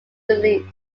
released